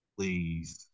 Please